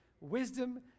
wisdom